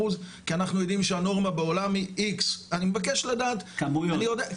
כי אנחנו יודעים שהנורמה בעולם היא X. אני מבקש לדעת כמויות.